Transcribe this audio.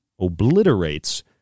obliterates